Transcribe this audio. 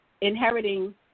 inheriting